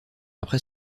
après